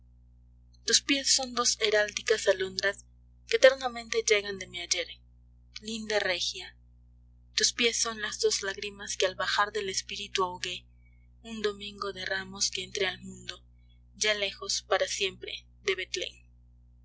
tus piés son dos heráldicas alondras que eternamente llegan de mi ayer linda regia tus piés son las dos lágrimas que al bajar del espíritu ahogué un domingo de ramos que entré al mundo ya lejos para siempre de